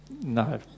No